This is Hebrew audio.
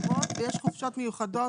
ויש חופשות מיוחדות